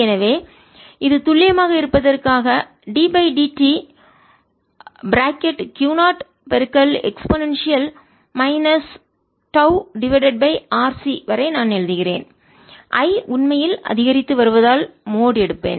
எனவே இது துல்லியமாக இருப்பதற்காக ddt Q 0 e τ RC வரை நான் எழுதுகிறேன் I உண்மையில் அதிகரித்து வருவதால் மோட் எடுப்பேன்